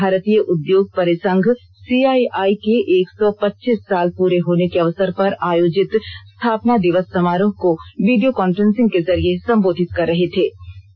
वे आज भारतीय उद्योग परिसंघ सी आई आई के एक सौ पचीस साल पूरे होने के अवसर पर आयोजित स्थापना दिवस समारोह को वीडियो कॉन्फ्रेंसिंग के जरिये संबोधित कर रहे थे